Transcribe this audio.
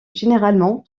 généralement